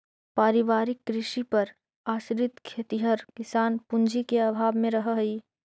पारिवारिक कृषि पर आश्रित खेतिहर किसान पूँजी के अभाव में रहऽ हइ